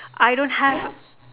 I don't have